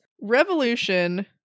revolution